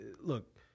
look